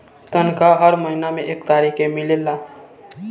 तनखाह हर महीना में एक तारीख के मिलेला